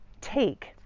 take